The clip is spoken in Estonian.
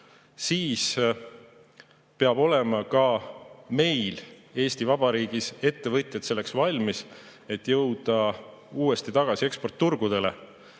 Siis peavad ka meil Eesti Vabariigis olema ettevõtjad selleks valmis, et jõuda uuesti tagasi eksportturgudele.